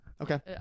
Okay